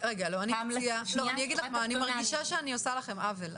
אני מרגישה שאני עושה לכם עוול,